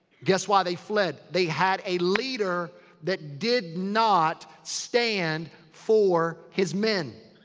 guess why they fled. they had a leader that did not stand for his men.